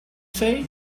say